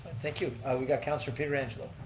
thank you, we got counsillor pietrangelo.